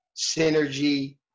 synergy